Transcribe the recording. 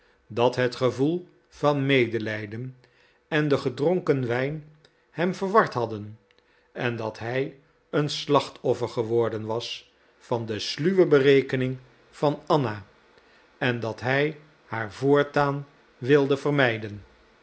dat het gevoel van medelijden en de gedronken wijn hem verward hadden en dat hij een slachtoffer geworden was van de sluwe berekening van anna en dat hij haar voortaan wilde vermijden